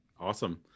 awesome